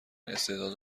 استعداد